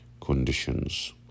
conditions